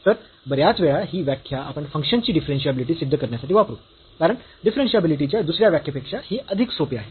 तर बऱ्याच वेळा ही व्याख्या आपण फंक्शन ची डिफरन्शियाबिलिटी सिद्ध करण्यासाठी वापरू कारण डिफरन्शियाबिलिटी च्या दुसऱ्या व्याख्येपेक्षा हे अधिक सोपे आहे